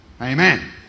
Amen